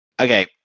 Okay